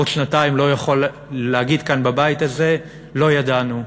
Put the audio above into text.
בעוד שנתיים לא יכול להגיד כאן בבית הזה: לא ידענו.